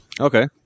Okay